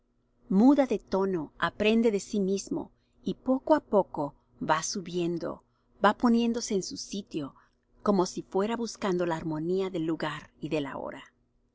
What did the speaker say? muda de tono aprende de si mismo y poco á poco va subiendo va poniéndose en su sitio como si fuera buscando la armonía del lugar y de la hora